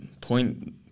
point